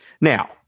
Now